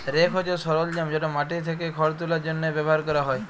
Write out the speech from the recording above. rake হছে সরলজাম যেট মাটি থ্যাকে খড় তুলার জ্যনহে ব্যাভার ক্যরা হ্যয়